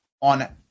on